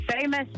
famous